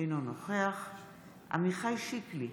אינו נוכח עמיחי שיקלי,